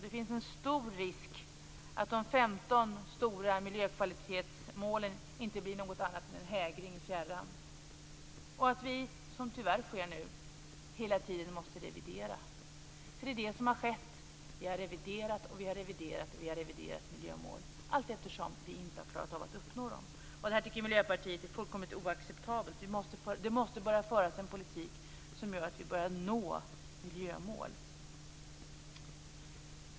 Det finns en stor risk för att de 15 stora miljökvalitetsmålen inte blir något annat än en hägring i fjärran och att vi, som tyvärr sker nu, hela tiden måste revidera. Det är det som har skett. Vi har reviderat och reviderat miljömål, allteftersom vi inte har klarat av att uppnå dem. Det här tycker Miljöpartiet är fullkomligt oacceptabelt. Vi måste börja föra en politik som gör att vi når miljömålen.